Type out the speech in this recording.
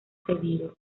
cedido